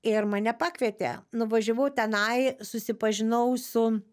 ir mane pakvietė nuvažiavau tenai susipažinau su